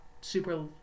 super